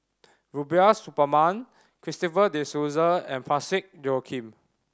Rubiah Suparman Christopher De Souza and Parsick Joaquim